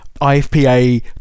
IFPA